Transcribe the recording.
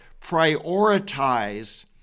Prioritize